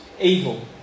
evil